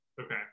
Okay